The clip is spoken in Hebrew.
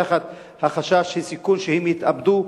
תחת החשש של הסיכון שהם יתאבדו,